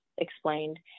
Explained